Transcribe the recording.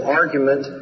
argument